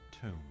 tomb